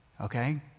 okay